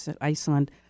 Iceland